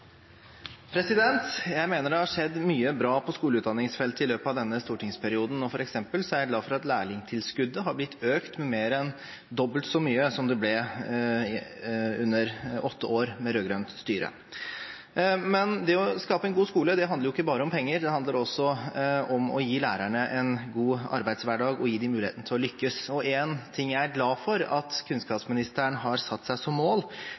Jeg mener det har skjedd mye bra på skoleutdanningsfeltet i løpet av denne stortingsperioden, og f.eks. er jeg glad for at lærlingtilskuddet er blitt økt med mer enn dobbelt så mye som det ble under åtte år med rød-grønt styre. Men det å skape en god skole handler ikke bare om penger. Det handler også om å gi lærerne en god arbeidshverdag og gi dem muligheten til å lykkes. En ting jeg er glad for at kunnskapsministeren har satt seg som mål,